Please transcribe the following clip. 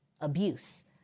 abuse